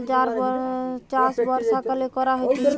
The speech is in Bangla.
পাট মানে হতিছে ফসল যার চাষ বর্ষাকালে করা হতিছে